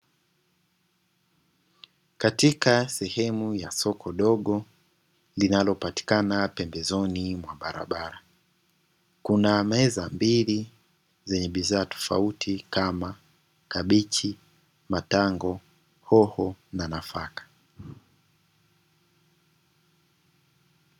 Katika sehemu ya soko dogo linalopatikana pembezoni mwa barabara, kuna meza mbili zenye bidhaa tofauti kama vile kabichi, matango, hoho na nafaka.